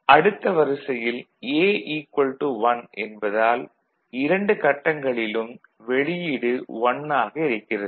அடுத்த வரிசையில் A 1 என்பதால் இரண்டு கட்டங்களிலும் வெளியீடு 1 ஆக இருக்கிறது